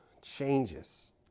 changes